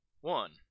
one